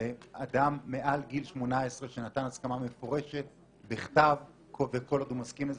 לאדם מעל גיל 18 שנתן הסכמה מפורשת בכתב וכל עוד הוא מסכים לזה,